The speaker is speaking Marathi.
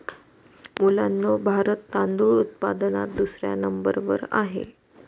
मुलांनो भारत तांदूळ उत्पादनात दुसऱ्या नंबर वर आहे